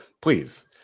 please